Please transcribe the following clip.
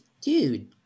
Dude